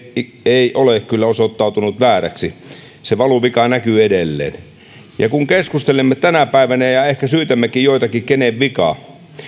ei ole kyllä osoittautunut vääräksi se valuvika näkyy edelleen ja kun keskustelemme tänä päivänä ja ja ehkä syytämmekin joitakin kenen vika